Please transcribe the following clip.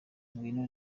kwiga